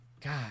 God